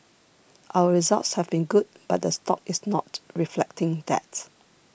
our results have been good but the stock is not reflecting that